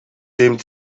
dem